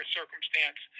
circumstance